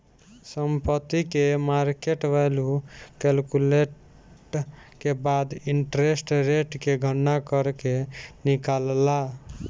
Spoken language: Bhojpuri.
संपत्ति के मार्केट वैल्यू कैलकुलेट के बाद इंटरेस्ट रेट के गणना करके निकालाला